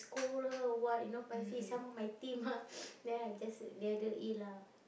scold her or what you know paiseh some more my team ah then I just let her eat lah